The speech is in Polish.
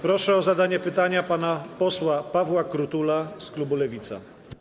Proszę o zadanie pytania pana posła Pawła Krutula z klubu Lewica.